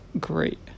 great